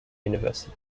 university